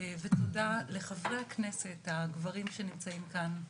ותודה לחברי הכנסת הגברים שנמצאים כאן,